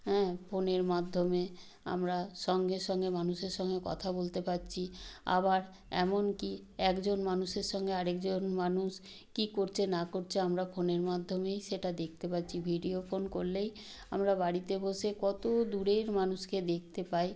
হ্যাঁ ফোনের মাধ্যমে আমরা সঙ্গে সঙ্গে মানুষের সঙ্গে কথা বলতে পাচ্ছি আবার এমন কি একজন মানুষের সঙ্গে আরেকজন মানুষ কী করছে না করছে আমরা ফোনের মাধ্যমেই সেটা দেখতে পাচ্ছি ভিডিও ফোন করলেই আমরা বাড়িতে বসে কতো দূরের মানুষকে দেখতে পাই